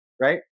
right